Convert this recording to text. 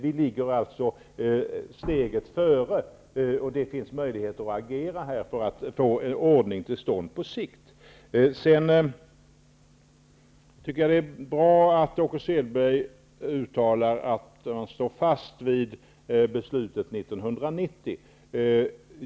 Vi ligger alltså steget före, och det finns möjlighet att agera i detta sammanhang för att få en ordning till stånd på sikt. Jag tycker att det är bra att Åke Selberg uttalar att man står fast vid beslutet 1990.